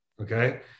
okay